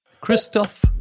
Christoph